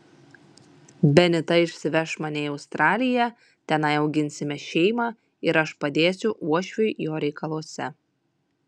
benita išsiveš mane į australiją tenai auginsime šeimą ir aš padėsiu uošviui jo reikaluose